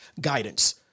Guidance